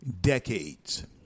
decades